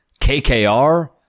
KKR